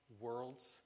worlds